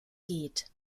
geht